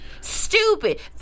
stupid